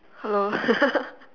hello